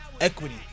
equity